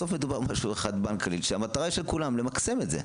בסוף מדובר בבנק כללי שהמטרה של כולם היא למקסם את זה.